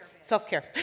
Self-care